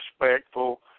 respectful